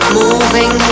moving